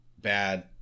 Bad